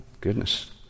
goodness